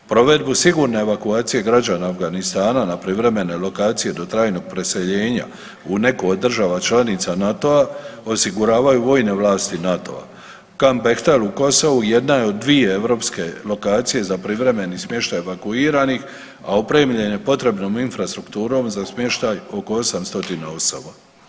Provedbu sigurne evakuacije građana Afganistana na privremenoj lokaciji do trajnog preseljenja u neku od država članica NATO-a osiguravaju vojne vlasti NATO-a. ... u Kosovu jedna je od dvije europske lokacije za privremeni smještaj evakuiranih, a opremljen je potrebnom infrastrukturom za smještaj oko 800 stotina osoba.